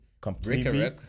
completely